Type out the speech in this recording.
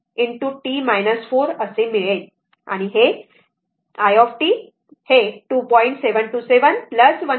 तर i हे 2